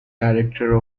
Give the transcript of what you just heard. director